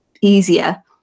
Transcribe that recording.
easier